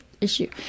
issue